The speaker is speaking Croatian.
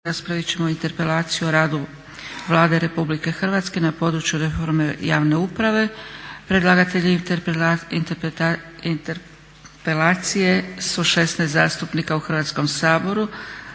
raspravit ćemo: - Interpelacija o radu Vlade RH na područje reforme javne uprave - Predlagatelji 16 zastupnika u Hrvatskom saboru